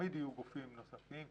תמיד יהיו גופים נוספים,